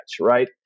right